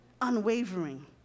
unwavering